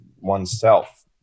oneself